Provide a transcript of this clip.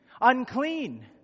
unclean